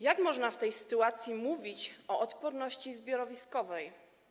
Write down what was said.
Jak można w tej sytuacji mówić o odporności zbiorowiskowej?